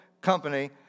company